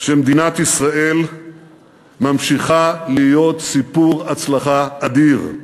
שמדינת ישראל ממשיכה להיות סיפור הצלחה אדיר.